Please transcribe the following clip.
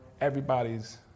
everybody's